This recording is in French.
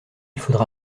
faudra